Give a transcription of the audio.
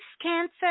Cancer